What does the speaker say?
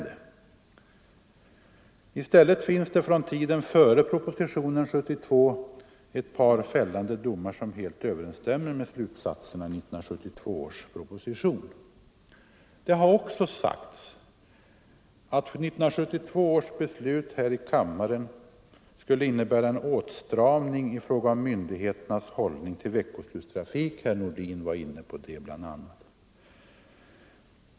I stället finns det från tiden före propositionen 1972 ett par fällande domar, som helt överensstämmer med slutsatserna i 1972 års proposition. Det har också sagts att 1972 års beslut här i kammaren skulle innebära en åtstramning i fråga om myndigheternas hållning till veckoslutstrafiken — herr Nordin var bl.a. inne på det.